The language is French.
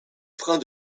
freins